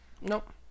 Nope